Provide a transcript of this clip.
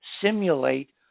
simulate